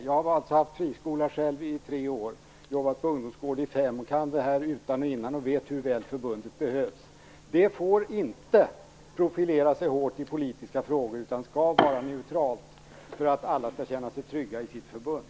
Jag har själv varit friskollärare i tre år och jobbat på en ungdomsskola i fem, kan det här utan och innan och vet hur väl förbundet behövs. Men det får inte profilera sig hårt i politiska frågor utan skall vara neutralt för att alla skall kunna känna sig trygga i sitt förbund.